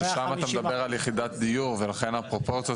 אבל שם אתה מדבר על יחידת דיור ולכן הפרופורציות